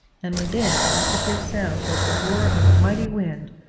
and within i could hear sounds like the roar of a mighty wind,